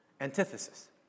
antithesis